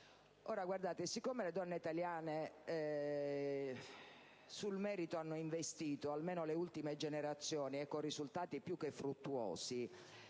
del merito. Siccome le donne italiane sul merito hanno investito - almeno le ultime generazioni, e con risultati più che fruttuosi